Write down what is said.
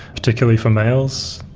particularly for males.